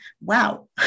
wow